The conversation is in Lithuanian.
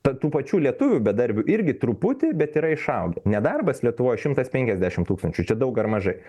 tad tų pačių lietuvių bedarbių irgi truputį bet yra išaugę nedarbas lietuvoj šimtas penkiasdešim tūkstančių čia daug ar mažai